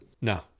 No